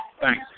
Thanks